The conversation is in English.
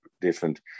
different